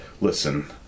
listen